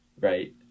Right